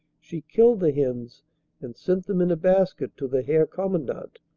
she killed the hens and sent them in a basket to the herr commandant.